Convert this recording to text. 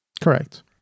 Correct